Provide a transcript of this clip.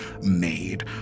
made